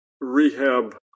rehab